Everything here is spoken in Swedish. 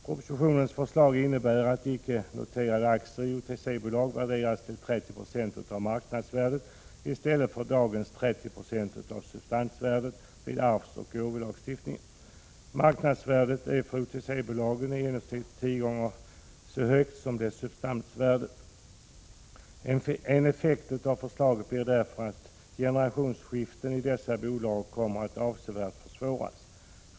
Propositionens förslag innebär att icke-noterade aktier i OTC-bolag värderas till 30 Zo av marknadsvärdet i stället för dagens 30 26 av substansvärdet vid arvsoch gåvobeskattning. Marknadsvärdet är för OTC-bolag i genomsnitt tio gånger så högt som substansvärdet. En effekt av förslaget blir därför att generationsskiften i dessa bolag kommer att avsevärt försvåras.